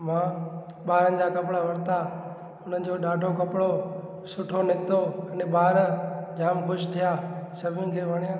मां ॿारनि जा कपड़ा वरिता उन्हनि जो ॾाढो कपिड़ो सुठो निकितो अने ॿार ॾाढो ख़ुशि थिया सभिनि खे वणियो